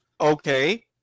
Okay